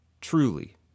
truly